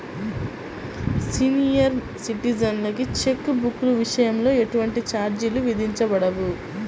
senior సిటిజన్లకి cheque బుక్ల విషయంలో ఎటువంటి ఛార్జీలు విధించబడవు